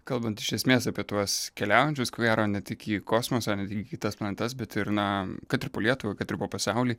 kalbant iš esmės apie tuos keliaujančius skvera ne tik į kosmosą ne tik į kitas planetas bet ir na kad ir po lietuvą kad ir po pasaulį